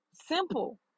simple